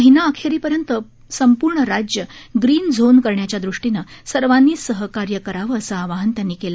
महिना अखेरपर्यंत पूर्ण राज्य ग्रीन झोन करण्याच्या दृष्टीने सर्वांनी सहकार्य करावं असं आवाहन त्यांनी केलं